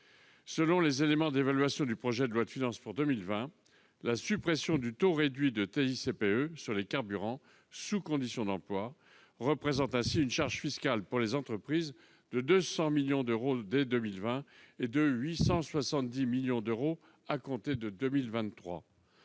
Selon les éléments d'évaluation du projet de loi de finances pour 2020, la suppression du taux réduit de TICPE sur les carburants « sous condition d'emploi » représente ainsi une charge fiscale pour les entreprises de 200 millions d'euros dès 2020 et de 870 millions d'euros à compter de 2023.